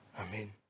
Amen